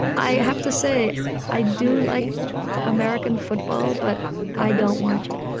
i have to say i do like american football, but i don't watch it.